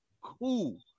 cool